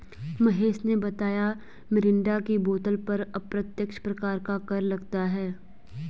महेश ने बताया मिरिंडा की बोतल पर अप्रत्यक्ष प्रकार का कर लगता है